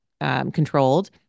controlled